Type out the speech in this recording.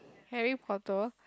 Harry Potter